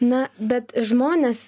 na bet žmonės